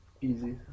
Easy